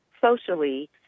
socially